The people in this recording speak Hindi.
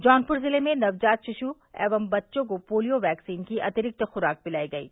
जौनपुर जिले में नवजात शिशु एवं बच्चों को पोलियो वैक्सीन की अतिरिक्त खुराक पिलाई गयी